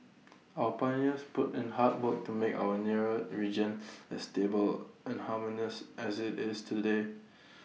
our pioneers put in hard work to make our nearer region as stable and harmonious as IT is today